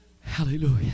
Hallelujah